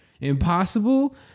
Impossible